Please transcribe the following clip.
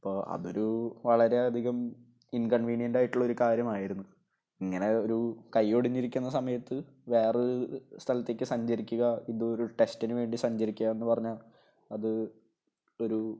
അപ്പോള് അതൊരു വളരെയധികം ഇൻകൺവീനിയൻ്റ് ആയിട്ടുള്ള ഒരു കാര്യമായിരുന്നു ഇങ്ങനെ ഒരു കൈ ഒടിഞ്ഞിരിക്കുന്ന സമയത്ത് വേറൊരു സ്ഥലത്തേക്ക് സഞ്ചരിക്കുക ഇത് ഒരു ടെസ്റ്റിന് വേണ്ടി സഞ്ചരിക്കുക എന്നു പറഞ്ഞാല് അതൊരു